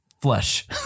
flesh